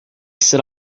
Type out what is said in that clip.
set